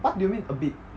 what do you mean a bit